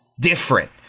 different